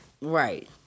Right